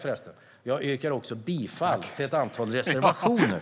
Jag yrkar bifall till reservationerna 3, 7 och 19.